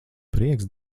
prieks